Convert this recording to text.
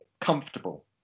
comfortable